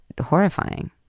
horrifying